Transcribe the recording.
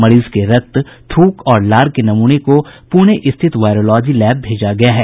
मरीज के रक्त थ्रक और लार के नमूने को पुणे स्थित वायरोलॉजी लैब भेजा गया है